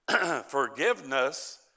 Forgiveness